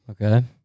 Okay